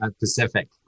Pacific